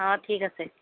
অঁ ঠিক আছে